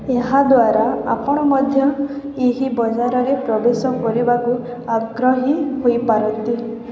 ଏହାଦ୍ଵାରା ଆପଣ ମଧ୍ୟ ଏହି ବଜାରରେ ପ୍ରବେଶ କରିବାକୁ ଆଗ୍ରହୀ ହୋଇପାରନ୍ତି